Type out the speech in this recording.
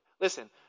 Listen